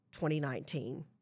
2019